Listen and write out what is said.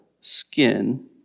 skin